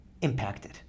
impacted